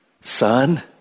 Son